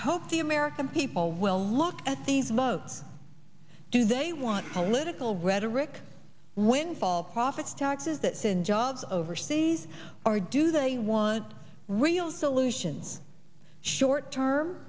hope the american people will look at these laws do they want political rhetoric windfall profits taxes that soon jobs overseas or do they want real solutions short term